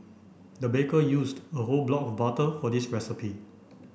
the baker used a whole block of butter for this recipe